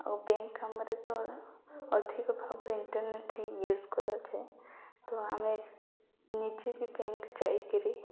ଆଉ ବ୍ୟାଙ୍କ କାମରେ ତ ଅଧିକ ଭାବରେ ଇଣ୍ଟରନେଟ୍ ହିଁ ୟୁଜ୍ କରାଯାଏ ତ ଆମେ ନିଜେ ବି ବ୍ୟାଙ୍କ ଯାଇକିରି